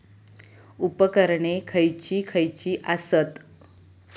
उपकरणे खैयची खैयची आसत?